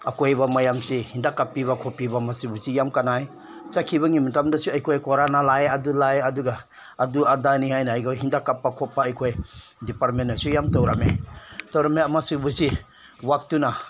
ꯑꯀꯣꯏꯕ ꯃꯌꯥꯝꯁꯦ ꯍꯤꯗꯥꯛ ꯀꯥꯞꯄꯤꯕ ꯈꯣꯠꯄꯤꯕ ꯃꯁꯤꯕꯨꯁꯤ ꯌꯥꯝ ꯀꯥꯟꯅꯩ ꯆꯠꯈꯤꯕꯒꯤ ꯃꯇꯝꯗꯁꯨ ꯑꯩꯈꯣꯏ ꯀꯣꯔꯣꯅꯥ ꯂꯥꯛꯑꯦ ꯑꯗꯨ ꯂꯥꯛꯑꯦ ꯑꯗꯨꯒ ꯑꯗꯨ ꯑꯗꯥꯅꯤ ꯍꯥꯏꯅ ꯑꯩꯈꯣꯏ ꯍꯤꯗꯥꯛ ꯀꯥꯞꯄ ꯈꯣꯠꯄ ꯑꯩꯈꯣꯏ ꯗꯤꯄꯥꯔꯃꯦꯟꯠꯅꯁꯨ ꯌꯥꯝ ꯇꯧꯔꯝꯃꯦ ꯇꯧꯔꯝꯃꯦ ꯑꯃ ꯁꯤꯕꯨꯁꯤ ꯋꯥꯔꯛꯇꯨꯅ